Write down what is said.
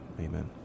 Amen